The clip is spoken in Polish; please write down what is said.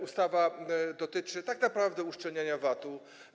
Ustawa dotyczy tak naprawdę uszczelniania VAT-u.